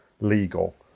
legal